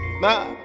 Nah